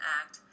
act